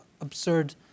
absurd